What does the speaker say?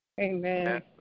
Amen